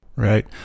Right